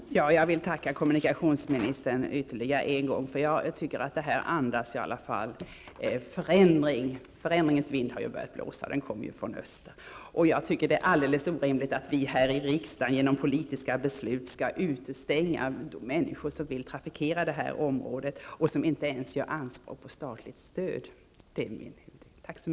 Herr talman! Jag vill tacka kommunikationsministern ännu en gång -- jag tycker att den kommentaren i alla fall andas förändring. Förändringens vind har börjat blåsa; den kommer ju från öster. Jag tycker att det är alldeles orimligt att vi här i riksdagen genom politiska beslut skall utestänga människor som vill trafikera det här området och som inte ens gör anspråk på statligt stöd. Tack så mycket!